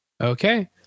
Okay